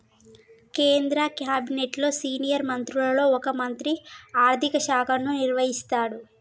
కేంద్ర క్యాబినెట్లో సీనియర్ మంత్రులలో ఒక మంత్రి ఆర్థిక శాఖను నిర్వహిస్తాడు